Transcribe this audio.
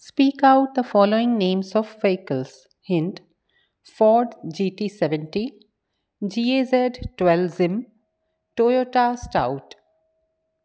speak out the following names of vehicles hint Ford G T seventy G A Z twelve Zim Toyota stout